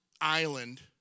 island